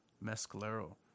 Mescalero